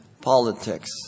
politics